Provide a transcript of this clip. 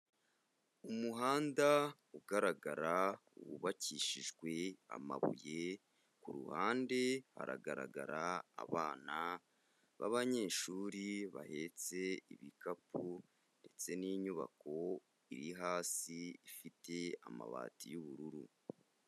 Umuhanda ugaragara wubakishijwe amabuye ku ruhande hagaragara abana b'abanyeshuri, bahetse ibikapu ndetse n'inyubako iri hasi ifite amabati y'ubururu.